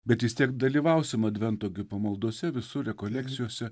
bet vis tiek dalyvausim advento pamaldose visur rekolekcijose